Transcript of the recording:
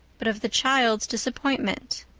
but of the child's disappointment.